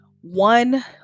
one